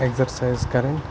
exercise کَرٕنۍ